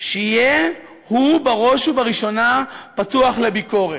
שיהיה הוא, בראש ובראשונה, פתוח לביקורת.